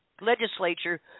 legislature